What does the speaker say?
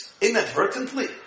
inadvertently